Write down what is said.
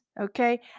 okay